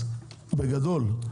בגדול,